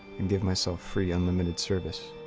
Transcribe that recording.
and give myself free unlimited service.